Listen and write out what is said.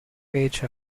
page